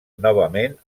novament